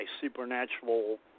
supernatural